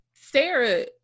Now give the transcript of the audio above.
Sarah